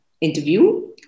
interview